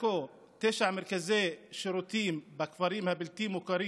תשעה מרכזי שירותים בכפרים הבלתי-מוכרים